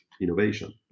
innovation